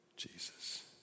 Jesus